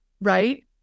right